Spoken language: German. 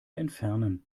entfernen